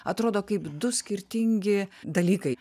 atrodo kaip du skirtingi dalykai